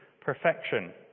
perfection